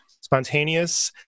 spontaneous